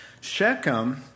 Shechem